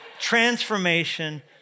transformation